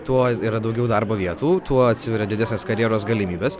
tuo yra daugiau darbo vietų tuo atsiveria didesnės karjeros galimybės